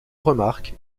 remarque